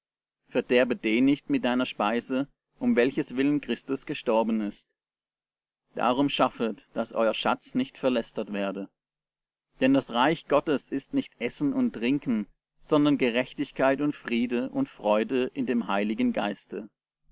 verderbe den nicht mit deiner speise um welches willen christus gestorben ist darum schaffet daß euer schatz nicht verlästert werde denn das reich gottes ist nicht essen und trinken sondern gerechtigkeit und friede und freude in dem heiligen geiste